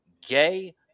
gay